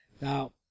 Now